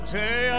day